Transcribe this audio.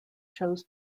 chose